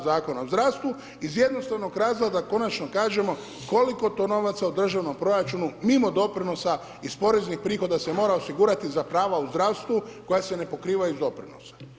Zakona o zdravstvu iz jednostavnog razloga da konačno kažemo koliko to novaca u državnom proračunu mimo doprinosa iz poreznih prihoda se mora osigurati za prava u zdravstvu koja se ne pokrivaju iz doprinosa.